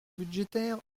budgétaire